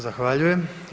Zahvaljujem.